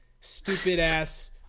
stupid-ass